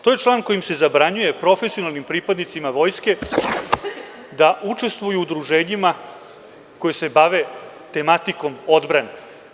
To je član kojim se zabranjuje profesionalnim pripadnicima vojske da učestvuju u udruženjima koja se bave tematikom odbrane.